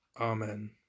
Amen